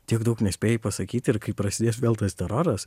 tiek daug nespėjai pasakyt ir kai prasidės vėl tas teroras